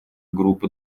группа